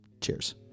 cheers